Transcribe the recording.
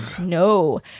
No